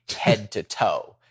head-to-toe